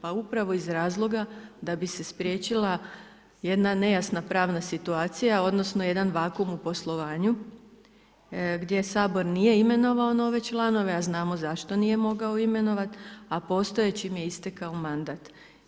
Pa upravo iz razloga da bi se spriječila jedna nejasna pravna situacija odnosno jedan vakuum u poslovanju gdje Sabor nije imenovao nove članove a znamo zašto nije mogao imenovati a postojećima je istekao mandat.